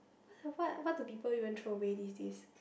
but the what what do people even throw away these days